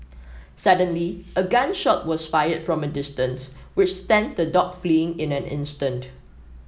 suddenly a gun shot was fired from a distance which sent the dogs fleeing in an instant